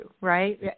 right